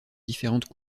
différentes